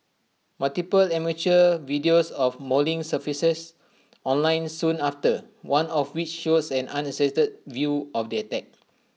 multiple amateur videos of mauling surfaced online soon after one of which shows an uncensored view of the attack